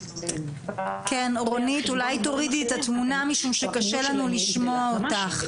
הרגשי --- רונית, קשה לנו לשמוע אותך.